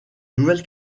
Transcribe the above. nouvelle